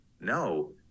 no